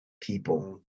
people